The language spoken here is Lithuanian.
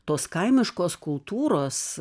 tos kaimiškos kultūros